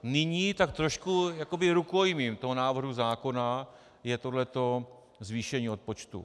Nyní tak trošku jakoby rukojmím toho návrhu zákona je tohleto zvýšení odpočtu.